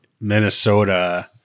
Minnesota